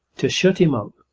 to shut him up,